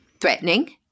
Threatening